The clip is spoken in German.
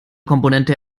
komponente